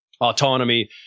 autonomy